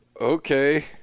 okay